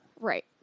Right